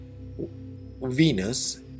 Venus